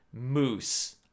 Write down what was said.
moose